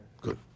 Good